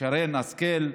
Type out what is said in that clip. שרן השכל.